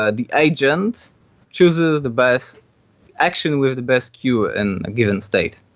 ah the agent chooses the best action with the best q in a given state.